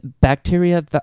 bacteria